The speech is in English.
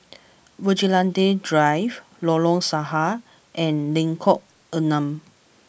Vigilante Drive Lorong Sahad and Lengkong Enam